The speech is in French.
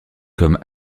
comme